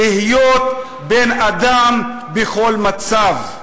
להיות בן-אדם בכל מצב.